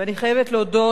ואני חייבת להודות,